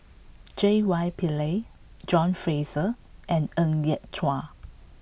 J Y Pillay John Fraser and Ng Yat Chuan